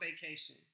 vacation